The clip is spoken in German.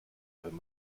wenn